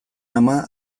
ama